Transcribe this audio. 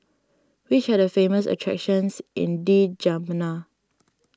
which are the famous attractions in N'Djamena